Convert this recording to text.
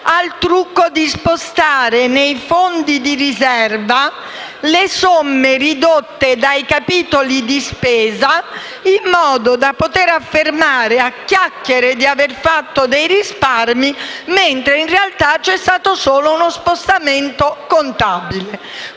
al trucco di spostare nei fondi di riserva le somme ridotte dai capitoli di spesa in modo da poter affermare, a chiacchiere, di aver fatto dei risparmi mentre, in realtà, c'è stato solo uno spostamento contabile.